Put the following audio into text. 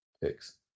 picks